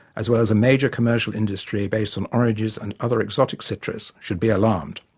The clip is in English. as well as a major commercial industry based on oranges and other exotic citrus, should be alarmed.